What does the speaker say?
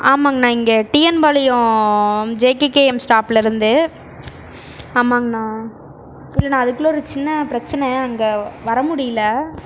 ஆமாங்கணா இங்கே TN Palayam JKKM ஸ்டாப்லேருந்து ஆமாங்கணா இல்லைண்ணா அதுக்குள்ள ஒரு சின்ன பிரச்சனை அங்கே வர முடியல